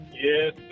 Yes